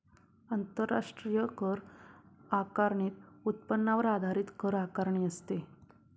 आंतरराष्ट्रीय कर आकारणीत उत्पन्नावर आधारित कर आकारणी असते